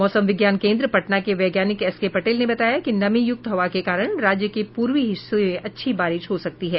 मौसम विज्ञान केन्द्र पटना के वैज्ञानिक एसके पटेल ने बताया कि नमी युक्त हवा के कारण राज्य के पूर्वी हिस्से में अच्छी बारिश हो सकती है